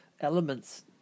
elements